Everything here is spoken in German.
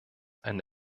ein